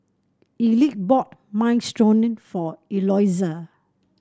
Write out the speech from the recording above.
Elick bought Minestrone for Eloisa